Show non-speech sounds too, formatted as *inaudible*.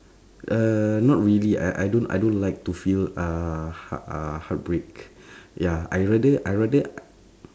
uh not really I I don't I don't like to feel uh hea~ uh heartbreak *breath* ya I rather I rather *noise*